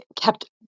kept